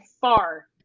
far